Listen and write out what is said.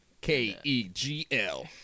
K-E-G-L